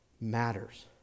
matters